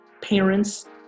parents